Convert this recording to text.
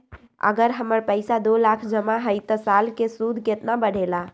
अगर हमर पैसा दो लाख जमा है त साल के सूद केतना बढेला?